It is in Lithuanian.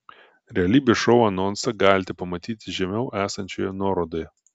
realybės šou anonsą galite pamatyti žemiau esančioje nuorodoje